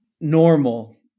normal